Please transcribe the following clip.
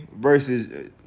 versus